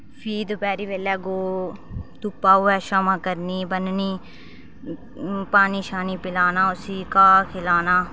फ्ही दपैह्री बेल्लै गौ धुप्पा होवै छावां करनी ब'न्ननी पानी शानी पिलाना उसी घा खिलाना